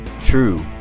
True